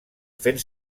fent